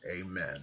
Amen